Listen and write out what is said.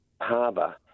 Harbour